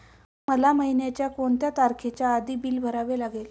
मला महिन्याचा कोणत्या तारखेच्या आधी बिल भरावे लागेल?